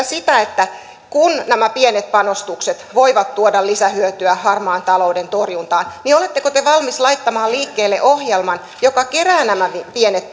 sitä kun nämä pienet panostukset voivat tuoda lisähyötyä harmaan talouden torjuntaan oletteko te valmis laittamaan liikkeelle ohjelman joka kerää nämä pienet